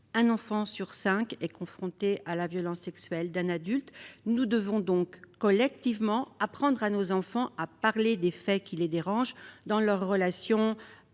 Un enfant sur cinq est confronté à la violence sexuelle d'un adulte. Nous devons donc collectivement apprendre à nos enfants à parler des faits qui les dérangent dans leurs relations